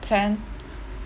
plan